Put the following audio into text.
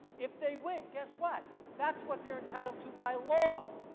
if they win, guess what? that's what they are entitled to by law.